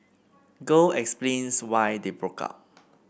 girl explains why they broke up